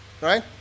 Right